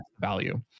value